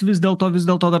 vis dėlto vis dėlto dar